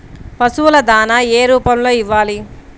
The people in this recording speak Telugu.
పశువుల దాణా ఏ రూపంలో ఇవ్వాలి?